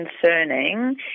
concerning